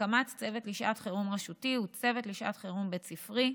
הקמת צוות לשעת חירום רשותי וצוות לשעת חירום בית ספרי.